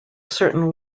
certain